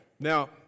Now